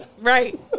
Right